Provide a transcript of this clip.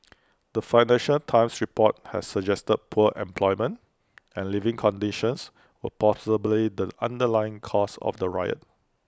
the financial times report had suggested poor employment and living conditions were possibly the underlying causes of the riot